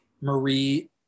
marie